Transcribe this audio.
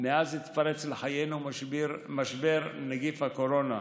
מאז התפרץ לחיינו משבר נגיף הקורונה.